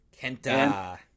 Kenta